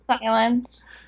Silence